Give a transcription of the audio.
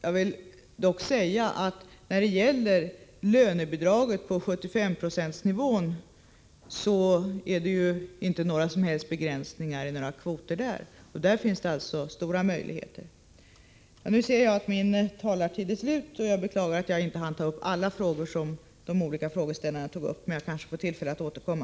Jag vill dock säga att när det gäller lönebidraget på 75-procentsnivån är det ju inte fråga om begränsningar i några kvoter. Här finns alltså stora möjligheter. Jag ser att min taletid är slut, och jag beklagar att jag inte hann beröra alla frågor som de olika talarna tog upp. Jag kanske får tillfälle att återkomma.